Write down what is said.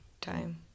Time